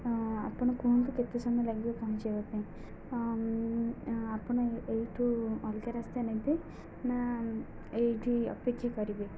ଆପଣ କୁହନ୍ତୁ କେତେ ସମୟ ଲାଗିବ ପହଞ୍ଚେଇବା ପାଇଁ ଆପଣ ଏଇଠୁ ଅଲଗା ରାସ୍ତା ନେବେ ନା ଏଇଠି ଅପେକ୍ଷା କରିବେ